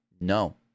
No